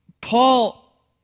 Paul